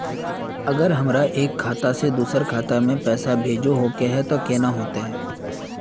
अगर हमरा एक खाता से दोसर खाता में पैसा भेजोहो के है तो केना होते है?